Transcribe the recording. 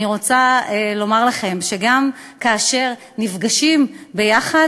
אני רוצה לומר לכם שגם כאשר נפגשים יחד